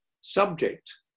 subject